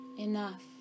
Enough